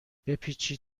بپیچید